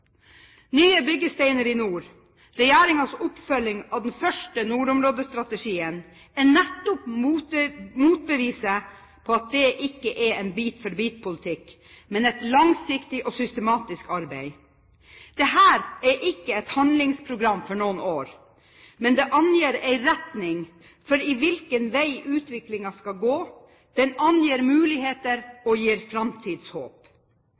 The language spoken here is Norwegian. byggesteiner i nord» – regjeringens oppfølging av den første nordområdestrategien – er nettopp motbeviset på at det ikke er en bit-for-bit-politikk, men et langsiktig og systematisk arbeid. Dette er ikke et handlingsprogram for noen år, men det angir en retning for i hvilken vei utviklingen skal gå, den angir muligheter og gir framtidshåp.